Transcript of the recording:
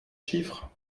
chiffres